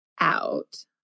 out